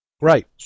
Right